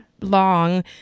long